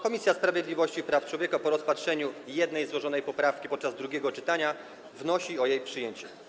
Komisja Sprawiedliwości i Praw Człowieka po rozpatrzeniu jednej złożonej podczas drugiego czytania poprawki wnosi o jej przyjęcie.